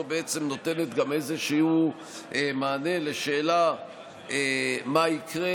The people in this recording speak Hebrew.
בעצם נותנת גם איזשהו מענה על השאלה מה יקרה,